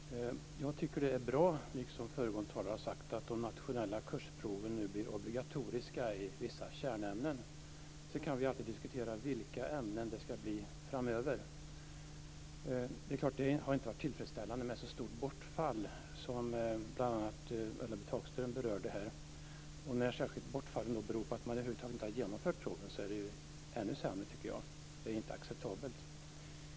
Fru talman! Jag tycker att det är bra, liksom föregående talare har sagt, att de nationella kursproven nu blir obligatoriska i vissa kärnämnen. Sedan kan vi alltid diskutera vilka ämnen det ska bli framöver. Det är klart att det inte har varit tillfredsställande med ett så stort bortfall, som bl.a. Ulla-Britt Hagström berörde. När bortfallen beror på att man över huvud taget inte har genomfört proven är det ännu sämre, tycker jag. Det är inte acceptabelt.